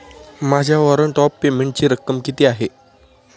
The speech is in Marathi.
माझ्या वॉरंट ऑफ पेमेंटची रक्कम किती आहे?